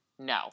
No